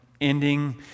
ending